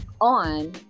on